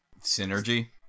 Synergy